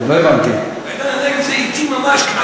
בעידן-הנגב זה אטי ממש.